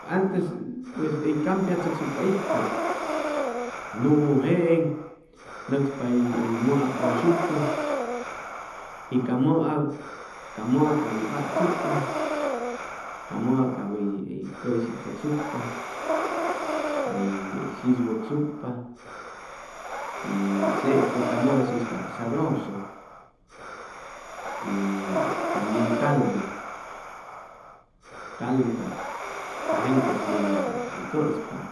Antes pues hʉy campiachʉcsucpa itʉ nuu jeeŋ nʉcspa hʉy mʉa pʉyshucʉ y ca mʉa ca mʉa cap hʉy patsucpa ca mʉa cap hʉy hʉy cʉshi tzʉcsucpa hʉy shis wʉcsucpa y sete ca mʉa shis cap pi sabroso y tambien caldu caldu cap ca gentes yʉji cap hʉy cʉspa